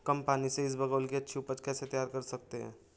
कम पानी से इसबगोल की अच्छी ऊपज कैसे तैयार कर सकते हैं?